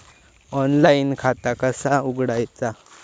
Online खाता कसा उघडायचा?